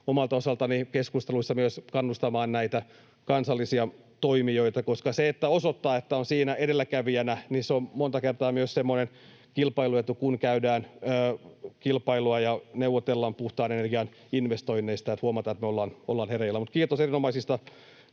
omalta osaltani keskusteluissa myös kannustamaan näitä kansallisia toimijoita, koska se, että osoittaa, että on siinä edelläkävijänä, on monta kertaa myös semmoinen kilpailuetu, kun käydään kilpailua ja neuvotellaan puhtaan energian investoinneista, että huomataan, että me ollaan hereillä. Kiitos erinomaisista